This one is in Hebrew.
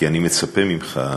כי אני מצפה ממך,